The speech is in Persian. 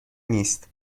نیست